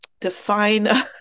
define